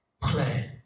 plan